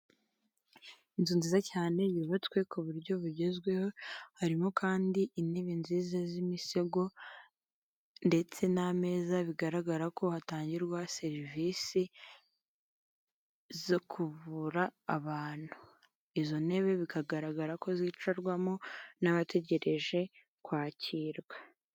Inzu nziza cyane, yubatswe ku buryo bugezweho, harimo kandi intebe nziza z'imisego ndetse n'ameza, bigaragara ko hatangirwa serivisi zo kuvura abantu. Izo ntebe, bikagaragara ko zicarwamo n'abategereje kwakirwa.